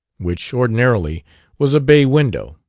which ordinarily was a bay window,